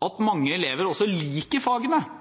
At mange elever også liker fagene,